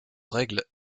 règles